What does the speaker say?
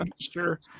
Sure